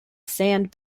sand